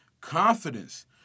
confidence